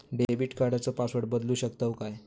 Debit कार्डचो password बदलु शकतव काय?